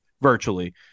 virtually